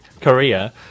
korea